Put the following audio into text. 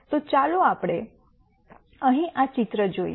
તો ચાલો આપણે અહીં આ ચિત્ર જોઈએ